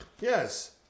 yes